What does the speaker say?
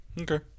Okay